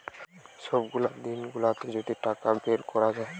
সবকটা দিন গুলাতে যদি টাকা বের কোরা যায়